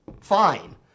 fine